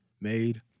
made